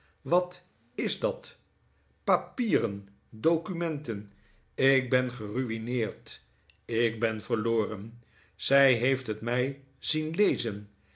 wat is dat papieren documenten ik ben geruineerd ik ben verloren zij heeft het mij zien lezen